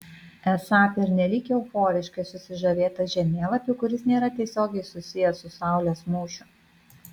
esą pernelyg euforiškai susižavėta žemėlapiu kuris nėra tiesiogiai susijęs su saulės mūšiu